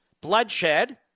bloodshed